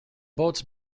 boats